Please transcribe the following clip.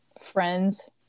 friends